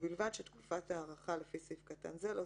ובלבד שתקופת ההארכה לפי סעיף קטן זה לא